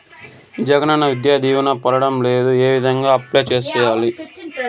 జగనన్న విద్యా దీవెన పడడం లేదు ఏ విధంగా అప్లై సేయాలి